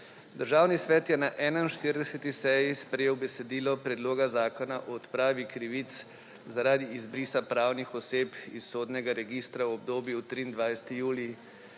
Državni svet je na 41. seji sprejel besedilo Predloga zakona o odpravi krivic zaradi izbrisa pravnih oseb iz sodnega registra v obdobju od 23.